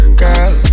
girl